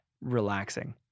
relaxing